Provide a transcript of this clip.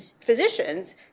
physicians